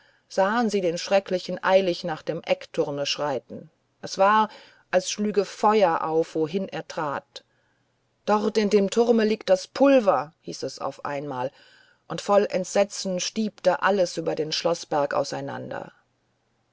sahen sie den schrecklichen eilig nach dem eckturme schreiten es war als schlüge feuer auf wohin er trat dort in dem turme liegt das pulver hieß es auf einmal und voll entsetzen stiebte alles über den schloßberg auseinander